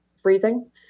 freezing